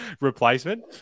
replacement